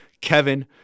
Kevin